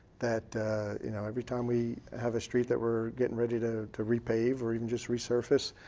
that you know every time we have a street that we're getting ready to to repave, or even just resurface,